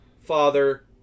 father